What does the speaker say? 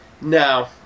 No